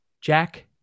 Jack